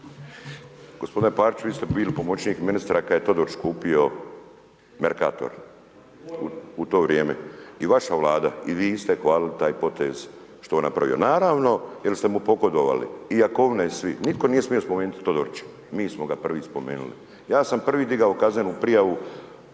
Gospodine Parić vi ste bili pomoćnik ministra kada je Todorić kupio Mercator u to vrijeme. I vaša vlada i vi ste hvalili taj potez, što je on napravio, naravno jer ste mu pogodovali, i Jakovina i svi, nitko nije smio spomenuti Todorića, mi smo ga prvi spomenuli. Ja sam prvi digao kaznenu prijavu